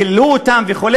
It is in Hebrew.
קיללו אותם וכו',